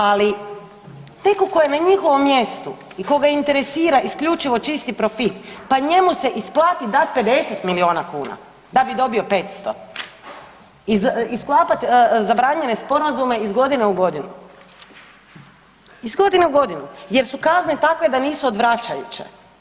Ali netko tko je na njihovom mjestu i koga interesira isključivo čisti profit pa njemu se isplati dati 50 milijuna kuna da bi dobio 500 i sklapati zabranjene sporazume iz godine u godinu, iz godine u godinu jer su kazne takve da nisu odvračajuće.